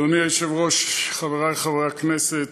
אדוני היושב-ראש, חברי חברי הכנסת,